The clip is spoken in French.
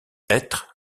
être